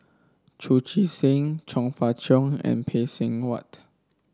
Chu Chee Seng Chong Fah Cheong and Phay Seng Whatt